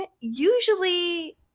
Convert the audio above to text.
usually